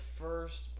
first